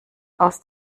aus